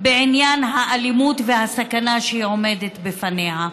בעניין האלימות והסכנה שעומדת בפניה.